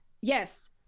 yes